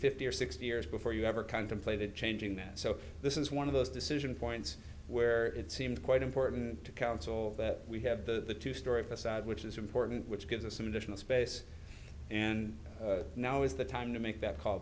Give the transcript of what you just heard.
fifty or sixty years before you ever contemplated changing that so this is one of those decision points where it seemed quite important to council that we have the story facade which is important which gives us some additional space and now is the time to make that call